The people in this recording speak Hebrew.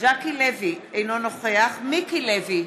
ז'קי לוי, אינו נוכח מיקי לוי,